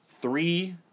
Three